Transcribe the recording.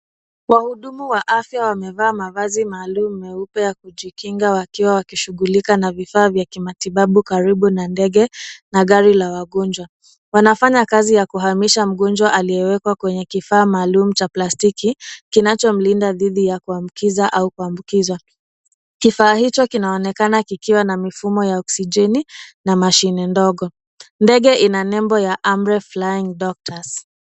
Wahudumu wa afya wamevaa mavazi maalumu ya kujikinga wakiwa wanashughulika na vifaa vya kimatibabu karibu na ndege na gari la wagonjwa. Wanafanya kazi ya kuhamisha mgonjwa aliyewekwa kwenye kifaa maalumu cha plastiki kinachomlinda dhidi ya kuambukizwa au kuambukiza. Kifaa hicho kinaonekana kikiwa na mifumo ya oksijeni na mashine ndogo. Ndege ina nembo ya Amref Flying Doctors.